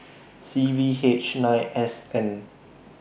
C V H nine S N